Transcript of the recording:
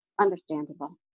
understandable